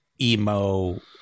emo